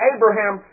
Abraham